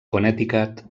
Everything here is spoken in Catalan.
connecticut